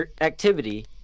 activity